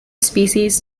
species